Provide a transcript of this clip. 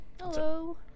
Hello